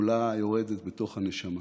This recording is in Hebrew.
עולה ויורדת בתוך הנשמה.